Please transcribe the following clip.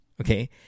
okay